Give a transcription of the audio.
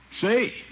Say